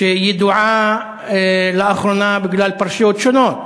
שידועה לאחרונה בגלל פרשיות שונות.